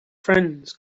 friends